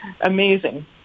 amazing